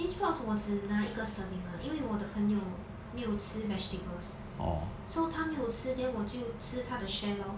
beansprouts 我只拿一个 serving lah 因为我的朋友没有吃 vegetables so 她没有吃 then 我就吃她的 share lor